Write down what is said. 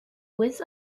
with